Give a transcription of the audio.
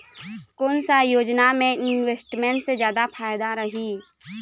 कोन सा योजना मे इन्वेस्टमेंट से जादा फायदा रही?